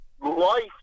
Life